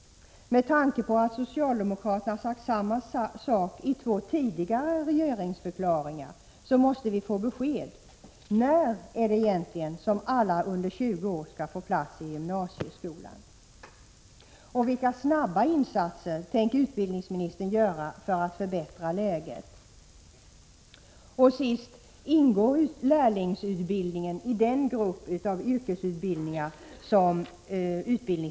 Med tanke på att socialdemokraterna sagt samma sak i två tidigare regeringsförklaringar måste vi få besked. När är det egentligen som alla under 20 år skall få plats i gymnasieskolan?